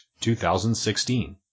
2016